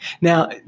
Now